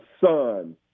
son